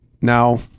now